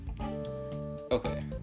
Okay